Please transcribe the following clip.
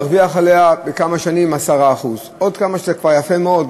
להרוויח עליה בכמה שנים 10% זה כבר יפה מאוד,